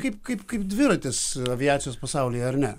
kaip kaip kaip dviratis aviacijos pasaulyje ar ne